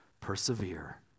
persevere